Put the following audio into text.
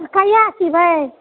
कहिआ सिबए